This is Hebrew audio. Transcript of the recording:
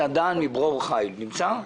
מסעדן מברור חיל, הוא נמצא?